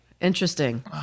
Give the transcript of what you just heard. interesting